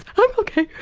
i'm ok.